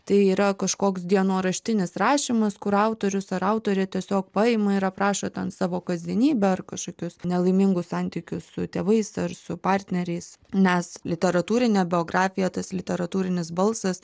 tai yra kažkoks dienoraštinis rašymas kur autorius ar autorė tiesiog paima ir aprašo ten savo kasdienybę ar kažkokius nelaimingus santykius su tėvais ar su partneriais nes literatūrinė biografija tas literatūrinis balsas